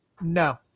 No